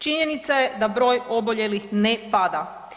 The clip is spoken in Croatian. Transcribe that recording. Činjenica je da broj oboljelih ne pada.